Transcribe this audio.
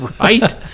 Right